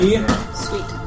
Sweet